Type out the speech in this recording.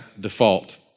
default